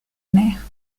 mère